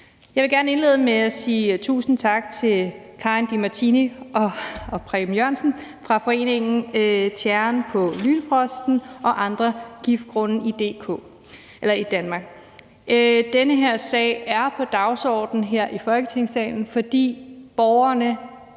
Jeg vil gerne indlede med at sige tusind tak til Karin Di Martini og Preben Jørgensen fra foreningen Tjæren på Lynfrosten og andre giftgrunde i Danmark. Den her sag er på dagsordenen her i Folketingssalen, fordi borgerne